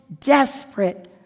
desperate